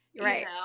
Right